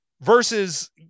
versus